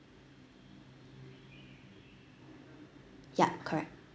yup correct